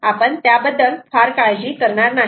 आपण त्याबद्दल फार काळजी करणार नाहीत